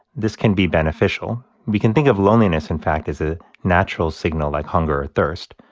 this can be beneficial. we can think of loneliness, in fact, as a natural signal, like hunger or thirst,